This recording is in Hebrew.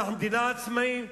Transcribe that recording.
אנחנו מדינה עצמאית,